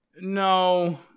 No